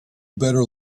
better